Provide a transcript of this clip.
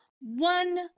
one